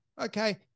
okay